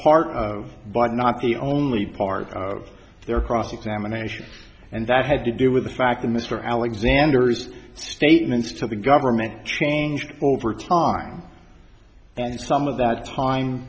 part of but not the only part of their cross examination and that had to do with the fact that mr alexander's statements to the government changed over time and some of that